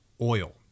Oil